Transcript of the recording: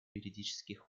юридических